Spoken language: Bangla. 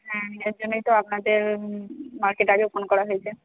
হ্যাঁ এর জন্যেই তো আপনাদের মার্কেটে আগে ফোন করা হয়েছে